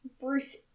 Bruce